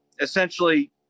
Essentially